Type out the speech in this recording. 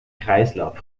kreislauf